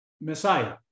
Messiah